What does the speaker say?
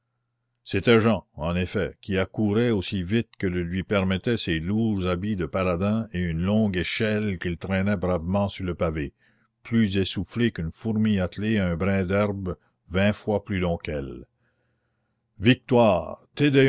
c'était jehan en effet qui accourait aussi vite que le lui permettaient ses lourds habits de paladin et une longue échelle qu'il traînait bravement sur le pavé plus essoufflé qu'une fourmi attelée à un brin d'herbe vingt fois plus long qu'elle victoire